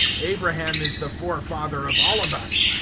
abraham is the forefather of all of us.